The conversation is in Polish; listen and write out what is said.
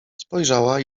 spojrzała